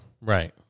right